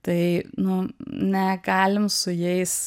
tai nu negalim su jais